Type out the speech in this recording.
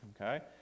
okay